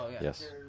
Yes